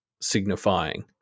signifying